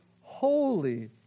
holy